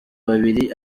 babiri